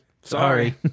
Sorry